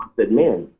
said man,